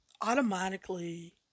automatically